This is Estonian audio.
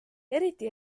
eriti